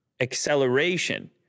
acceleration